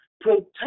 Protect